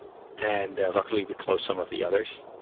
and luckily we closed some of the others.